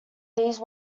these